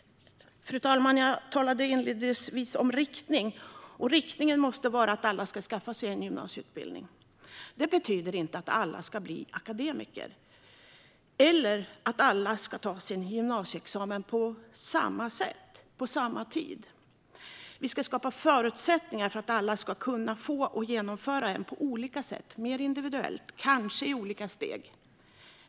Fru talman! Jag talade inledningsvis om riktning. Riktningen måste vara att alla ska skaffa sig en gymnasieutbildning. Det betyder inte att alla ska bli akademiker eller att alla ska ta sin gymnasieexamen på samma sätt och på samma tid. Vi ska skapa förutsättningar för att alla ska kunna genomföra en gymnasieutbildning - på olika sätt, mer individuellt och kanske i olika steg.